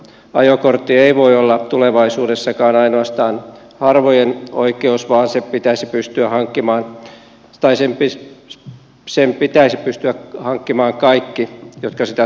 ajokortti ei voi olla tulevaisuudessakaan ainoastaan harvojen oikeus vaan se pitäisi pystyä hankkimaan kaikkien jotka sitä tarvitsevat